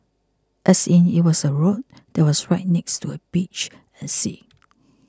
as in it was a road that was right next to a beach and sea